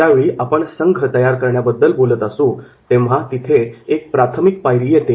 ज्यावेळी आपण संघ तयार करण्याबद्दल बोलत असू तिथे एक प्राथमिक पायरी येते